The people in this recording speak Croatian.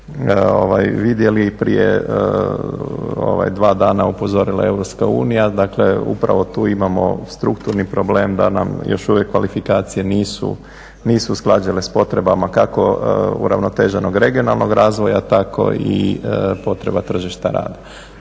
vidjeli prije dva dana upozorila Europska unija. Dakle, upravo tu imamo strukturni problem da nam još uvijek kvalifikacije nisu usklađene sa potrebama kao uravnoteženog regionalnog razvoja tako i potreba tržišta rada.